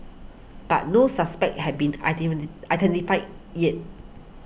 but no suspects have been identified yet